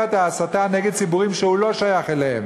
את ההסתה נגד ציבורים שהוא לא שייך אליהם.